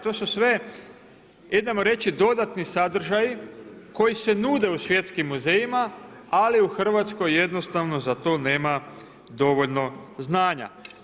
To su sve idemo reći dodatni sadržaji koji se nude u svjetskim muzejima, ali u Hrvatskoj jednostavno za to nema dovoljno znanja.